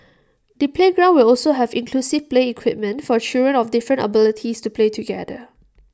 the playground will also have inclusive play equipment for children of different abilities to play together